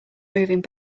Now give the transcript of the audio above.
moving